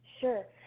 sure